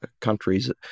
countries